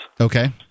Okay